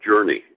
journey